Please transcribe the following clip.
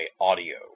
Audio